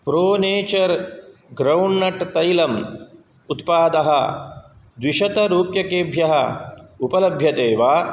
pro nature groundnut तैलम् उत्पादः द्विशतरूप्यकेभ्यः उपलभ्यते वा